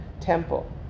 temple